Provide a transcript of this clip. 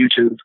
YouTube